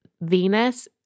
Venus